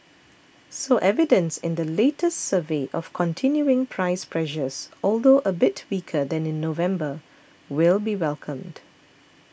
so evidence in the latest survey of continuing price pressures although a bit weaker than in November will be welcomed